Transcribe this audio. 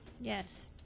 Yes